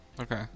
Okay